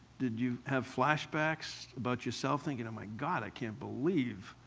did you have flashbacks about yourself, thinking, oh, my god, i can't believe?